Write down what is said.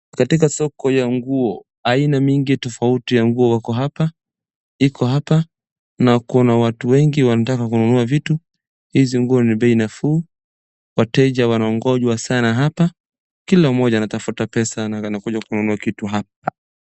katika soko ya nguo aina mingi tofauti ya nguo iko hapa na kuwa watu wengi wanataka kununua vitu. Hizi nguo ni bei nafuu. wateja wanaongojwa sana hapa. Kila mmoja anatafuta pesa anakuja kununua kitu hapa.